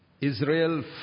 Israel